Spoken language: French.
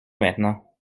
maintenant